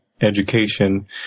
education